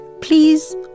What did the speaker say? Please